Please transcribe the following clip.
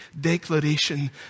declaration